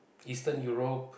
eastern Europe